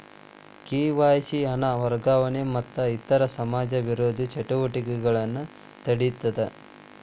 KYC ಹಣ ವರ್ಗಾವಣೆ ಮತ್ತ ಇತರ ಸಮಾಜ ವಿರೋಧಿ ಚಟುವಟಿಕೆಗಳನ್ನ ತಡೇತದ